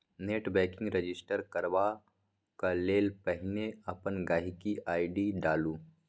net banking register करबाक लेल पहिने अपन गांहिकी आइ.डी डालु